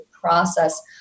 process